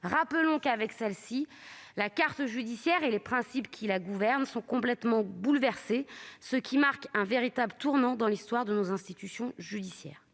Rappelons que, par cette réforme, la carte judiciaire et les principes qui la gouvernent sont complètement bouleversés, ce qui marque un véritable tournant dans l'histoire de nos institutions judiciaires.